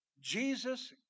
Jesus